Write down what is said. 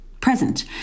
present